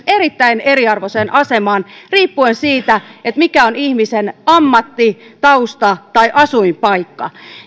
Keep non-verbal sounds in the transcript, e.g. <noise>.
<unintelligible> erittäin eriarvoiseen asemaan riippuen siitä mikä on ihmisen ammatti tausta tai asuinpaikka